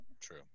true